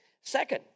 Second